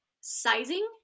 sizing